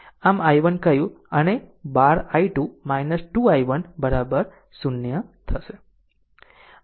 આમ i1 કહ્યું અને 12 i2 2 i1 0 થશે